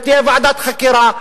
ותהיה ועדת חקירה,